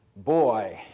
boy.